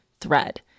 THREAD